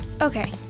Okay